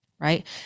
right